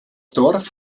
dorf